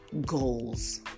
goals